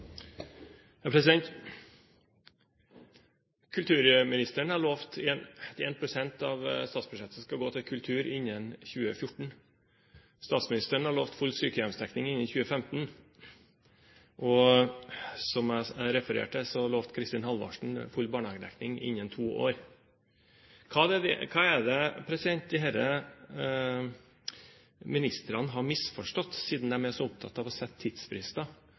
Kulturministeren har lovt at 1 pst. av statsbudsjettet skal gå til kultur innen 2014, statsministeren har lovt full sykehjemsdekning innen 2015, og som jeg refererte, lovte Kristin Halvorsen i 2005 full barnehagedekning innen to år. Hva er det disse ministrene har misforstått, siden de er så opptatt av å sette tidsfrister